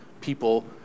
people